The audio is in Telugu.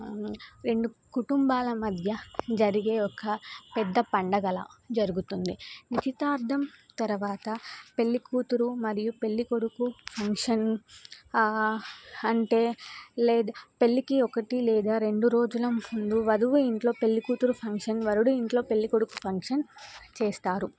రెండు కుటుంబాల మధ్య జరిగే ఒక పెద్ద పండగలా జరుగుతుంది నిశ్చితార్థం తర్వాత పెళ్ళికూతురు మరియు పెళ్ళికొడుకు ఫంక్షన్ అంటే లేద పెళ్ళికి ఒకటి లేదా రెండు రోజుల ముందు వధవు ఇంట్లో పెళ్ళికూతురు ఫంక్షన్ వరుడు ఇంట్లో పెళ్ళి కొడుకు ఫంక్షన్ చేస్తారు